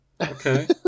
Okay